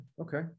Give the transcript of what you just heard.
okay